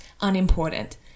unimportant